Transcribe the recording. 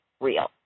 real